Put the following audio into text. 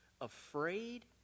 afraid